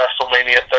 WrestleMania